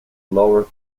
lower